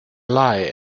lie